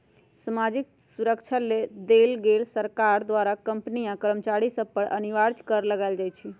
सामाजिक सुरक्षा देबऐ लेल सरकार द्वारा कंपनी आ कर्मचारिय सभ पर अनिवार्ज कर लगायल जाइ छइ